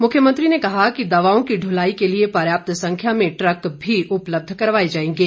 मुख्यमंत्री ने कहा कि दवाओं की दुलाई के लिए पर्याप्त संख्या में ट्रक भी उपलब्ध करवाए जाएंगे